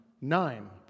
nine